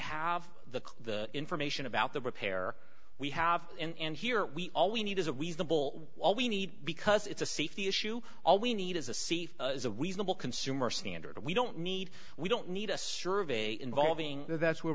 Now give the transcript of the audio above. have the information about the repair we have and here we are all we need is a reasonable all we need because it's a safety issue all we need is a c is a reasonable consumer standard we don't need we don't need a survey involving that's where